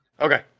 Okay